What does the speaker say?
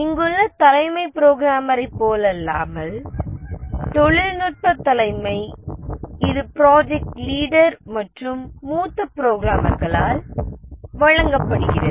இங்குள்ள தலைமை புரோகிராமரைப் போலல்லாமல் தொழில்நுட்ப தலைமை இது ப்ராஜெக்ட் லீடர் மற்றும் மூத்த புரோகிராமர்களால் வழங்கப்படுகிறது